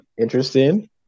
Interesting